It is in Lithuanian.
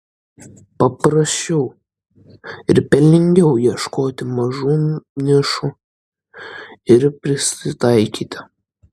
paprasčiau ir pelningiau ieškoti mažų nišų ir prisitaikyti